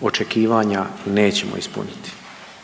očekivanja nećemo ispuniti.